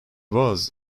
was